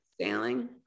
sailing